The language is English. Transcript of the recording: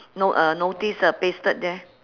no~ uh notice uh pasted there